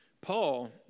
Paul